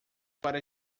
para